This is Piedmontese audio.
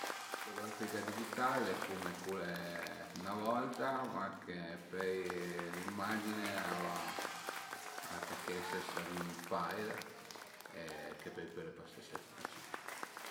La machina fotografica digital al e cume cule 'na volta mach che pöi l'imagine a va atachese s'ën file che pöi pöle pasé s'ël PC